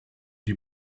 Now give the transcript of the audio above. die